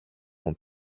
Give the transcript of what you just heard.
son